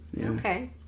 Okay